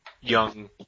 young